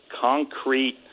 concrete